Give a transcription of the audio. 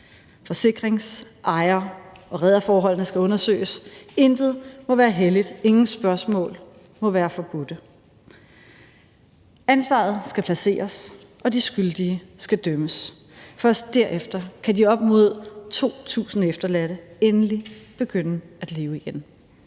Forsikrings-, ejer- og rederforholdene skal undersøges. Intet må være helligt, ingen spørgsmål må være forbudte. Ansvaret skal placeres, og de skyldige skal dømmes. Først derefter kan de op mod 2.000 efterladte endelig begynde at leve igen.